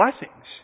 blessings